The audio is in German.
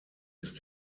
ist